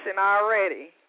already